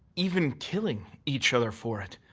even killing each other for it.